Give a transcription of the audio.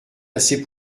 assez